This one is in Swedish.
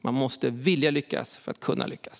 Man måste vilja lyckas för att kunna lyckas.